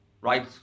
right